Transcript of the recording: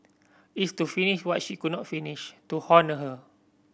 it's to finish what she could not finish to honour her